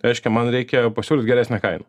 reiškia man reikia pasiūlyt geresnę kainą